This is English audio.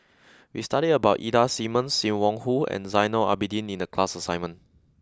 we studied about Ida Simmons Sim Wong Hoo and Zainal Abidin in the class assignment